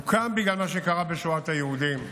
הוקם בגלל מה שקרה בשואת היהודים.